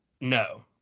No